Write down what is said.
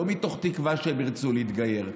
לא מתוך תקווה שהם ירצו להתגייר.